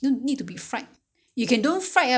他的汤汁那个